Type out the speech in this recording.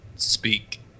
speak